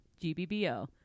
gbbo